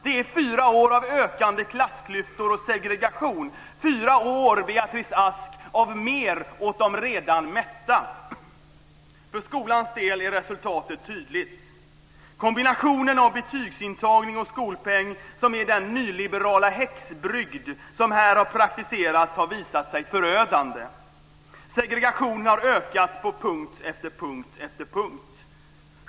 Det är fyra år av ökande klassklyftor och segregation; fyra år, Beatrice Ask, av mer åt de redan mätta. För skolans del är resultatet tydligt. Kombinationen av betygsintagning och skolpeng, som är den nyliberala häxbrygd som här har praktiserats, har visat sig förödande. Segregationen har ökat på punkt efter punkt.